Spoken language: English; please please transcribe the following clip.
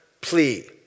plea